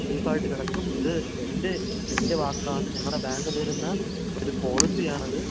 safe ആയിട്ട് കിടക്കും ഇത് എൻ്റെ എൻ്റെ വാക്കാണ് ഞങ്ങളുടെ ബാങ്ക് തരുന്ന ഒരു പോളിസി ആണിത്